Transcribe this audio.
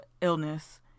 illness